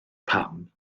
pam